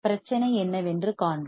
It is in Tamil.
பிரச்சனை என்னவென்று காண்போம்